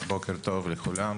בוקר טוב לכולם,